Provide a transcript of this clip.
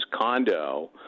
condo